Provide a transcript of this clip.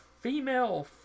female